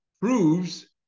Proves